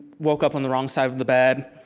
woke up on the wrong side of the bed.